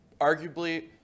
arguably –